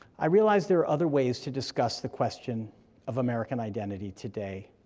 i realize there are other ways to discuss the question of american identity today,